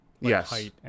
Yes